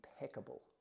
impeccable